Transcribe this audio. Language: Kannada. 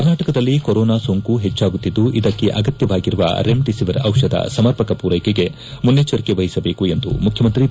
ಕರ್ನಾಟಕದಲ್ಲಿ ಕೊರೊನಾ ಸೋಂಕು ಹೆಚ್ಚಾಗುತ್ತಿದ್ದು ಇದಕ್ಕೆ ಅಗತ್ಯವಾಗಿರುವ ರೆಮಿಡಿಸಿವಿರ್ ಔಷಧ ಸಮರ್ಷಕ ಪೂರ್ಕಕೆಗೆ ಮುನ್ನೆಚ್ಚರಿಕೆ ಮಿಸಬೇಕೆಂದು ಮುಖ್ಯಮಂತ್ರಿ ಬಿ